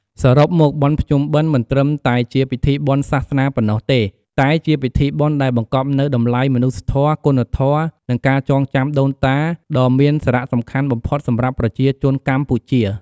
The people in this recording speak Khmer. សរុបមក បុណ្យភ្ជុំបិណ្ឌ មិនត្រឹមតែជាពិធីបុណ្យសាសនាប៉ុណ្ណោះទេ តែជាពិធីបុណ្យដែលបង្កប់នូវតម្លៃមនុស្សធម៌ គុណធម៌ និងការចងចាំដូនតាដ៏មានសារៈសំខាន់បំផុតសម្រាប់ប្រជាជនកម្ពុជា។